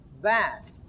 vast